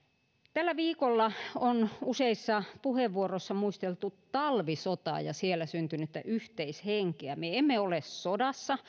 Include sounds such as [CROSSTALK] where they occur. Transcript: tällä viikolla on useissa puheenvuoroissa muisteltu talvisotaa ja siellä syntynyttä yhteishenkeä me emme ole sodassa [UNINTELLIGIBLE]